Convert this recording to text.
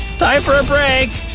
time for a break!